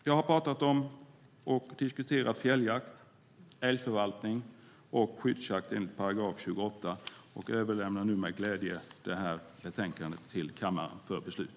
Jag har talat om och diskuterat fjälljakt, älgförvaltning och skyddsjakt enligt § 28 och överlämnar nu med glädje detta betänkande till kammaren för beslut.